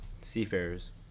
Seafarers